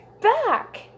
back